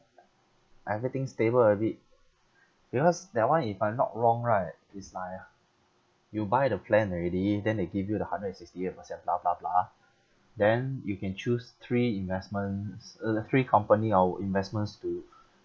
everything stable a bit because that [one] if I'm not wrong right it's like you buy the plan already then they give you the hundred and sixty eight percent blah blah blah then you can choose three investments uh three company or investments to